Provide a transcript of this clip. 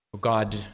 God